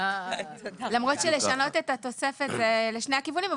למרות שלשנות את התוספת זה לשני הכיוונים,